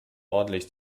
ordentlich